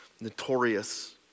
notorious